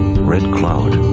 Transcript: red cloud,